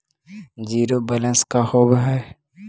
Zero balance का होव हइ?